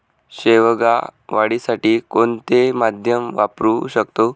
शेवगा वाढीसाठी कोणते माध्यम वापरु शकतो?